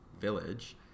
village